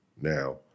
Now